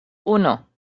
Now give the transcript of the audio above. uno